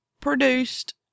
produced